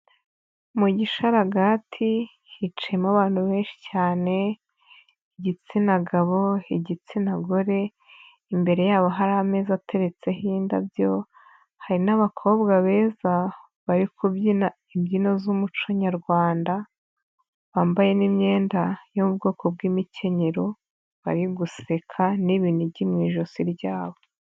Mu gisharagati hicayemo abantu benshi cyane igitsina gabo, igitsina gore, imbere yabo hari ameza ateretseho indabyo hari n'abakobwa beza bari kubyina imbyino z'umuco nyarwanda, bambaye n'imyenda y'ubwoko bw'imikenyero bari guseka n'ibinigi mu ijosi ryabo.